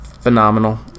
phenomenal